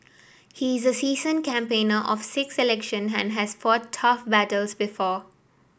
he is a seasoned campaigner of six election and has fought tough battles before